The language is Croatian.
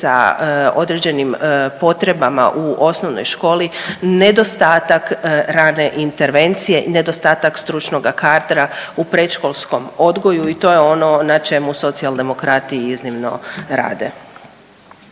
sa određenim potrebama u osnovnoj školi nedostatak rane intervencije i nedostatak stručnog kadra u predškolskom odgoju i to je ono na čemu Socijaldemokrati iznimno rade.